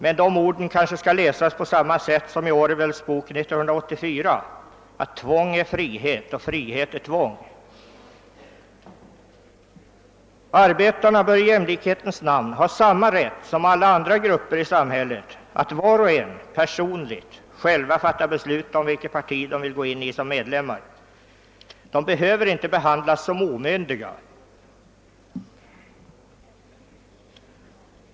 Men dessa ord kanske skall läsas på samma sätt som i Orwells bok »1984» att tvång är frihet och frihet är tvång. Arbetarna bör i jämlikhetens namn ha samma rätt som alla andra grupper i samhället att var och en personligen fatta beslut om vilket parti han eller hon vill tillhöra som medlem. Arbetarna bör inte behandlas som omyndiga.